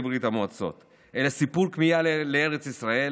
ברית המועצות אלא סיפור כמיהה לארץ ישראל,